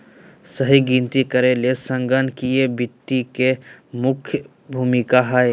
सही गिनती करे मे संगणकीय वित्त के मुख्य भूमिका हय